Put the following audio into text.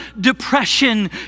depression